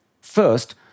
First